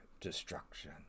destruction